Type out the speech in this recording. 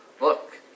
look